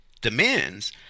demands